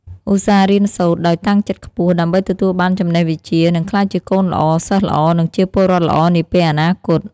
ឧស្សាហ៍រៀនសូត្រ ដោយតាំងចិត្តខ្ពស់ ដើម្បីទទួលបានចំណេះវិជ្ជា និងក្លាយជាកូនល្អ សិស្សល្អ និងជាពលរដ្ឋល្អនាពេលអនាគត។